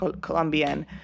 Colombian